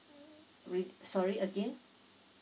sorry again